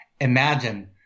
imagine